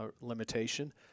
limitation